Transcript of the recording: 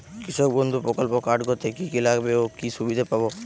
কৃষক বন্ধু প্রকল্প কার্ড করতে কি কি লাগবে ও কি সুবিধা পাব?